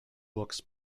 books